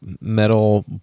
metal